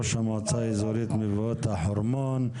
ראש המועצה האזורית מבואות החרמון.